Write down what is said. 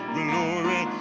glory